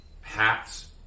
hats